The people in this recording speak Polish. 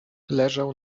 leżał